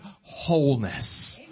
wholeness